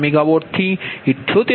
4MW થી 78